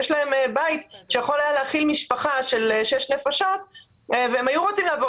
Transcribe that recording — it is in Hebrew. יש להם בית שיכול היה להכיל משפחה של שש נפשות והם היו רוצים לעבור